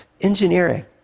engineering